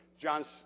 John's